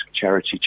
Charity